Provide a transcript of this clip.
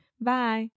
Bye